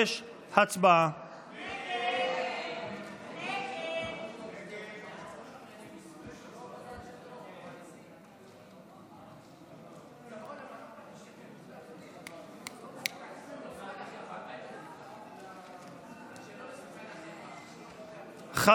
5. הצבעה.